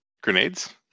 Grenades